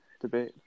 debate